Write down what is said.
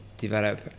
develop